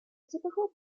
typical